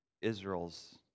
Israel's